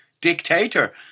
dictator